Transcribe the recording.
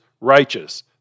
righteous